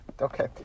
okay